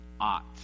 ought